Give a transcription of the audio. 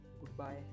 goodbye